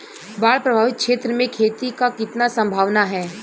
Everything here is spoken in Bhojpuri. बाढ़ प्रभावित क्षेत्र में खेती क कितना सम्भावना हैं?